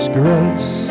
grace